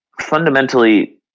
Fundamentally